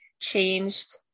changed